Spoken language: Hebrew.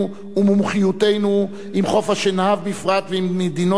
חוף-השנהב בפרט ועם מדינות יבשת אפריקה בכלל,